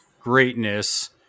greatness